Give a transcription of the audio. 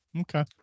Okay